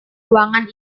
ruangan